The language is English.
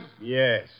Yes